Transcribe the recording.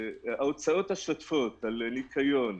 ההוצאות השוטפות על ניקיון,